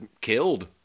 killed